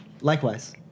Likewise